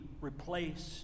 replaced